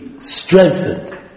strengthened